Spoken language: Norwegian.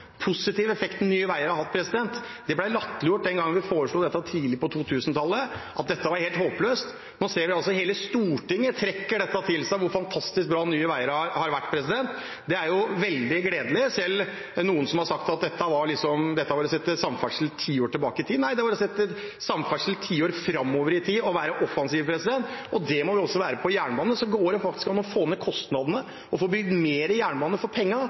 gangen vi foreslo dette tidlig på 2000-tallet – at dette var helt håpløst. Nå ser vi at hele Stortinget tar til seg hvor fantastisk bra Nye Veier har vært. Det er veldig gledelig, selv om det er noen som har sagt at dette var å sette samferdsel tiår tilbake i tid. Nei, det var å sette samferdsel tiår framover i tid og være offensive. Det må vi også være på jernbanen. Det går faktisk an å få ned kostnadene og få bygd mer jernbane for